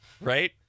Right